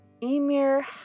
Emir